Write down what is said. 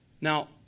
Now